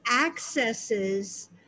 accesses